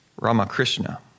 Ramakrishna